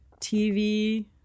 TV